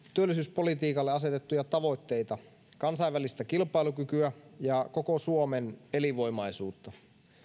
työllisyyspolitiikalle asetettuja tavoitteita kansainvälistä kilpailukykyä ja koko suomen elinvoimaisuutta